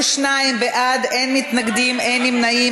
42 בעד, אין מתנגדים, אין נמנעים.